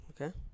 Okay